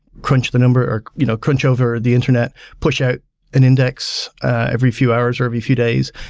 crunch the numbers, or you know crunch over the internet, push out an index every few hours or every few days.